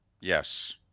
Yes